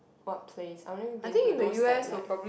what place I already been to those that like